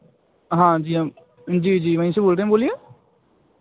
हाँ जी हम जी जी वहीं से बोल रहे हैं बोलिए